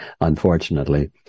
unfortunately